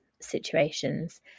situations